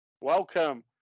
Welcome